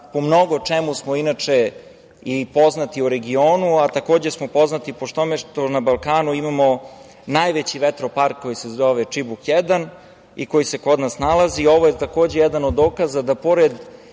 po mnogo čemu poznati u regionu, a takođe smo poznati po tome što na Balkanu imamo najveći vetropark koji se zove „Čibuk 1“ i koji se kod nas nalazi. Ovo je takođe jedan od dokaza, pored